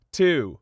two